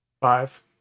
Five